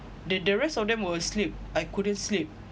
the the rest of them were asleep I couldn't sleep